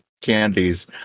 candies